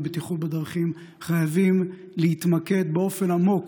בטיחות בדרכים חייבים להתמקד באופן עמוק